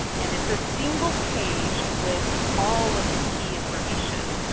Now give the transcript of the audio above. and it's a single page with all of the key information.